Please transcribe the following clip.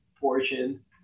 portion